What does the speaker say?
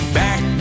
back